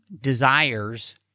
desires